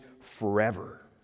forever